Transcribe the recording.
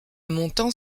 montant